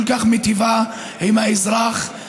כל כך מיטיבה עם האזרח,